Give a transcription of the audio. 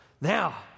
now